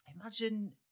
imagine